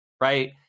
right